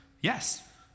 yes